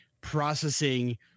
processing